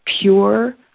pure